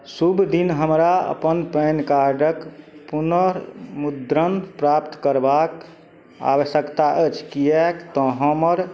शुभ दिन हमरा अपन पैन कार्डके पुनर्मुद्रण प्राप्त करबाक आवश्यकता अछि किएक तऽ हमर